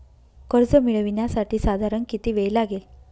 कर्ज मिळविण्यासाठी साधारण किती वेळ लागेल?